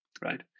right